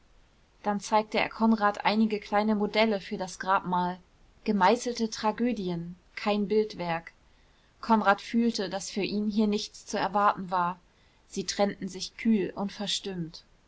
dann zeigte er konrad einige kleine modelle für das grabmal gemeißelte tragödien kein bildwerk konrad fühlte daß für ihn hier nichts zu erwarten war sie trennten sich kühl und verstimmt